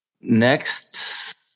Next